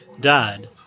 died